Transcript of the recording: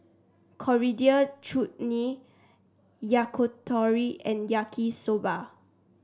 Coriander Chutney Yakitori and Yaki Soba